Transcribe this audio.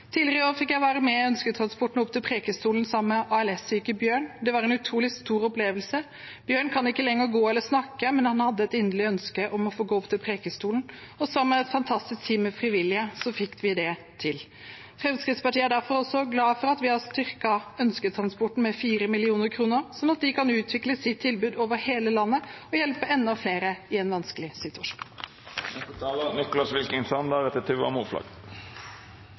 Tidligere i år fikk jeg være med Ønsketransporten opp til Preikestolen sammen med ALS-syke Bjørn. Det var en utrolig stor opplevelse. Bjørn kan ikke lenger gå eller snakke, men han hadde et inderlig ønske om å få gå opp til Preikestolen, og sammen med et fantastisk team av frivillige fikk vi det til. Fremskrittspartiet er derfor også glad for at vi har styrket Ønsketransporten med 4 mill. kr, sånn at de kan utvikle sitt tilbud over hele landet og hjelpe enda flere i en vanskelig